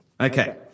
okay